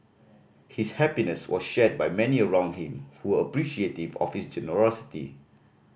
his happiness was shared by many around him who were appreciative of his generosity